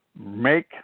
make